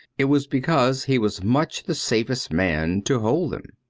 it was because he was much the safest man to hold them.